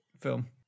film